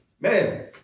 Man